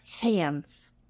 hands